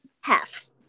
Half